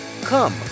Come